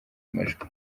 amajwi